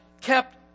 kept